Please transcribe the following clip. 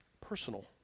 personal